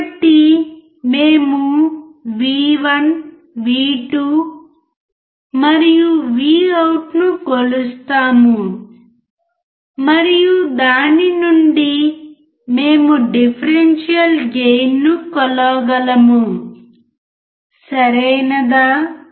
కాబట్టి మేము V1 V2 మరియు Vout ను కొలుస్తాము మరియు దాని నుండి మేము డిఫరెన్షియల్ గెయిన్ ను కొలవగలము సరియైనదా